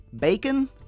Bacon